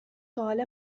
سوال